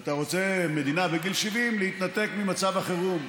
אתה רוצה, מדינה בגיל 70, להתנתק ממצב החירום.